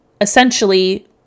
essentially